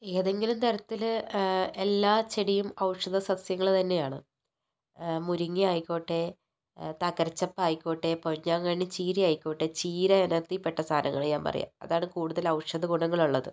ഏതെങ്കിലും തരത്തിൽ എല്ലാ ചെടിയും ഔഷധസസ്യങ്ങൾ തന്നെയാണ് മുരിങ്ങ ആയിക്കോട്ടെ തകരച്ചെപ്പായിക്കോട്ടെ പൊന്നാങ്കണ്ണി ചീര ആയിക്കോട്ടെ ചീര ഇനത്തിൽപ്പെട്ട സാധനങ്ങൾ ഞാൻ പറയാം അതാണ് കൂടുതൽ ഔഷധ ഗുണങ്ങൾ ഉള്ളത്